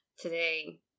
today